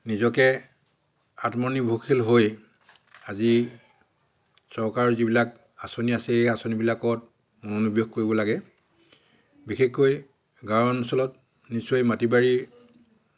নিজকে আত্মনিৰ্ভৰশীল হৈ আজি চৰকাৰৰ যিবিলাক আঁচনি আছে এই আঁচনি বিলাকত মনোনিবেশ কৰিব লাগে বিশেষকৈ গাঁও অঞ্চলত নিশ্চয় মাটি বাৰী